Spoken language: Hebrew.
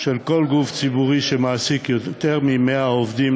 של כל גוף ציבורי שמעסיק יותר מ-100 עובדים,